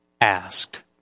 asked